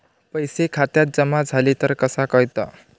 पैसे खात्यात जमा झाले तर कसा कळता?